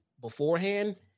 beforehand